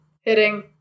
Hitting